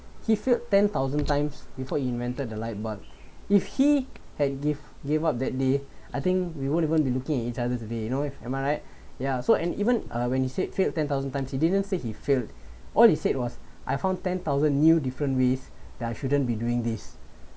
he failed ten thousand times before he invented the light bulb if he had give give up that day I think we won't even be looking at each other today you know am I right yeah so and even uh when he said he failed ten thousand times he didn't say he failed all he said was I found ten thousand new different ways that I shouldn't be doing this